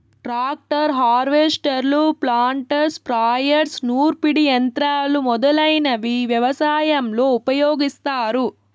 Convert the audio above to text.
tractor, హార్వెస్టర్లు, planter, sprayers, నూర్పిడి యంత్రాలు మొదలైనవి వ్యవసాయంలో ఉపయోగిస్తారు